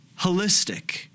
holistic